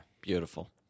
Beautiful